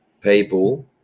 people